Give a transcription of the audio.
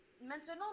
maintenant